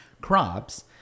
crops